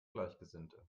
gleichgesinnte